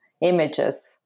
images